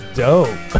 dope